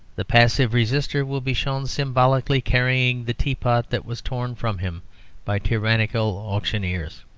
the passive resister will be shown symbolically carrying the teapot that was torn from him by tyrannical auctioneers.